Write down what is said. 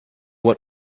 what